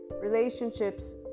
relationships